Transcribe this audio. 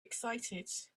excited